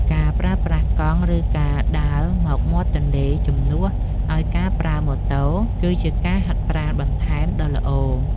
ការប្រើប្រាស់កង់ ឬការដើរមកមាត់ទន្លេជំនួសឱ្យការប្រើម៉ូតូ គឺជាការហាត់ប្រាណបន្ថែមដ៏ល្អ។